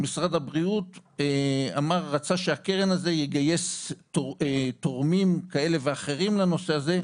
משרד הבריאות רצה שהקרן הזאת תגייס תורמים כאלה ואחרים לנושא הזה,